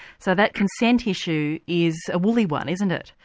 so that consent issue is a woolly one, isn't it?